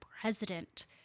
president